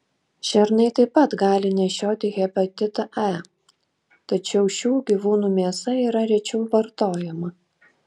šernai taip pat gali nešioti hepatitą e tačiau šių gyvūnų mėsa yra rečiau vartojama